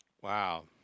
Wow